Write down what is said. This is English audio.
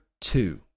two